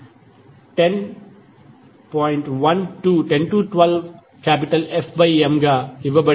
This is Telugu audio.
85 x 10 12 F m గా ఇవ్వబడింది